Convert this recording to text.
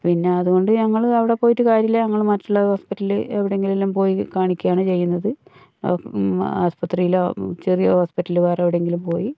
പിന്നെ അതുകൊണ്ട് ഞങ്ങൾ അവിടെ പോയിട്ട് കാര്യമില്ല ഞങ്ങൾ മറ്റുള്ള ഹോസ്പിറ്റലിൽ എവിടെയെങ്കിലും എല്ലാം പോയി കാണിക്കുകയാണ് ചെയ്യുന്നത് ആശുപത്രിയിലോ ചെറിയ ഹോസ്പിറ്റല് വേറെ എവിടെയെങ്കിലും പോയി